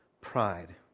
pride